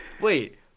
wait